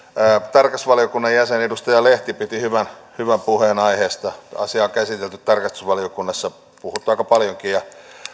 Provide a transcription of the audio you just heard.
tarkastusvaliokunnan jäsen edustaja lehti piti hyvän hyvän puheen aiheesta asiaa on käsitelty tarkastusvaliokunnassa puhuttu siitä aika paljonkin ja